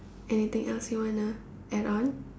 anything else you want to add on